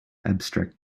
abstract